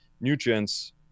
nutrients